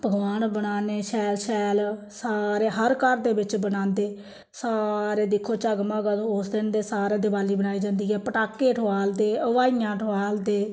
पकोआन बनान्नें शैल शैल सारे हर घर दे बिच्च बनांदे सारे दिक्खो जगमग अदूं उस दिन ते सारे दिवाली बनाई जंदी ऐ पटाके ठोआलदे हवाइयां ठोआलदे